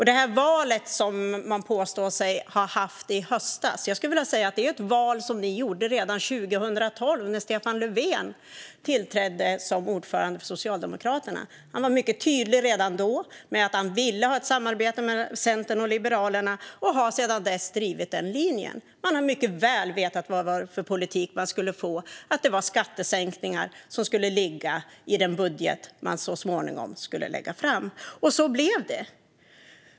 Det val som ni påstår er ha gjort i höstas, Lena Hallengren, gjorde ni redan 2012 när Stefan Löfven tillträdde som ordförande för Socialdemokraterna. Han var redan då tydlig med att han ville ha ett samarbete med Centern och Liberalerna och har sedan dess drivit denna linje. Ni har mycket väl vetat vad det är för politik ni skulle få och att skattesänkningar skulle ligga i den budget ni så småningom skulle lägga fram. Och så blev det.